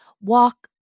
walk